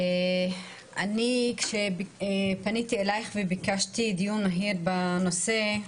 אני פניתי אלייך וביקשתי דיון מהיר בנושא,